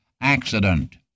accident